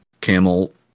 camel